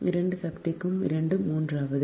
2 சக்திக்கு 2 மூன்றாவது